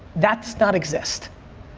that's not exist.